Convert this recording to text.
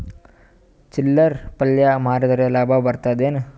ಚಿಲ್ಲರ್ ಪಲ್ಯ ಮಾರಿದ್ರ ಲಾಭ ಬರತದ ಏನು?